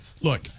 look